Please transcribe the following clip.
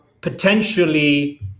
potentially